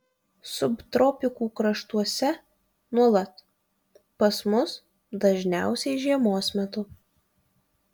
subtropikų kraštuose nuolat pas mus dažniausiai žiemos metu